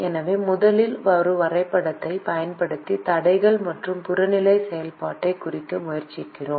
எனவே முதலில் ஒரு வரைபடத்தைப் பயன்படுத்தி தடைகள் மற்றும் புறநிலை செயல்பாட்டைக் குறிக்க முயற்சிக்கிறோம்